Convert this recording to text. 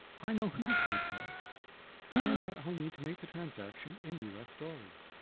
i know who to contact and that i'll need to make the transaction in us dollars.